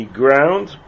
ground